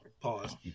pause